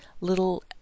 little